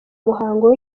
muhango